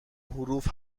حروف